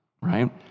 right